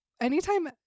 anytime